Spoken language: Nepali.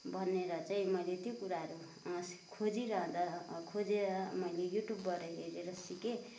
भनेर चाहिँ मैले त्यो कुराहरू खोजिरहँदा खोजेर मैले युट्युबबाट हेरेर सिकेँ